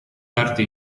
carte